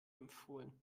empfohlen